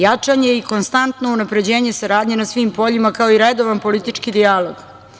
Jačanje i konstantno unapređivanje saradnje na svim poljima, kao i redovan politički dijalog.